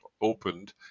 opened